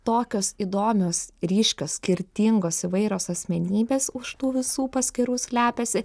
tokios įdomios ryškios skirtingos įvairios asmenybės už tų visų paskyrų slepiasi